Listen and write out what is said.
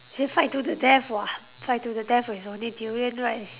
they fight to the death [what] fight to the death with only durian right